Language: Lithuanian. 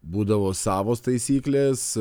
būdavo savos taisyklės